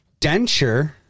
Denture